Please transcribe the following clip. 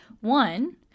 one